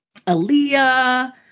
Aaliyah